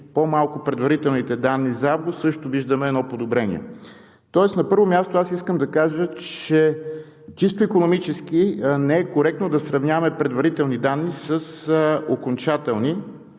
по-малко предварителните данни за август също виждаме едно подобрение. Искам да кажа, че чисто икономически не е коректно да сравняваме предварителни данни с окончателни,